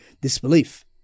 disbelief